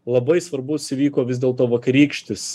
labai svarbus įvyko vis dėlto vakarykštis